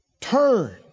Turn